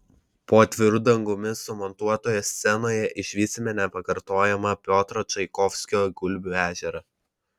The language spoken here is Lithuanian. po atviru dangumi sumontuotoje scenoje išvysime nepakartojamą piotro čaikovskio gulbių ežerą